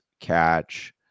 catch